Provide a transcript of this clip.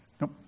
nope